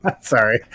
Sorry